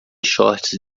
shorts